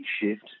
shift